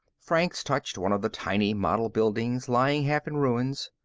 franks touched one of the tiny model buildings, lying half in ruins.